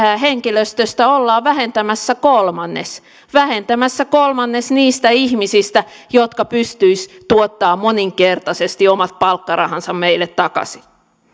henkilöstöstä ollaan vähentämässä kolmannes vähentämässä kolmannes niistä ihmisistä jotka pystyisivät tuottamaan moninkertaisesti omat palkkarahansa meille takaisin